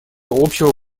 общего